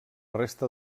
resta